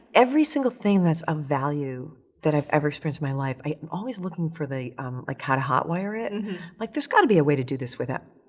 every single thing that's of value that i've ever experienced in my life, i'm always looking for the like how to hotwire it. and like, there's gotta be a way to do this without,